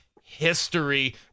history